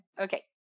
Okay